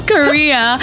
Korea